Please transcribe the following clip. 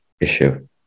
issue